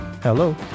Hello